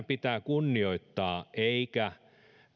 pitää kunnioittaa eikä